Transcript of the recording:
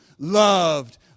loved